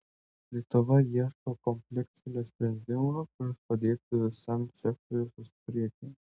lietuva ieško kompleksinio sprendimo kuris padėtų visam sektoriui sustiprėti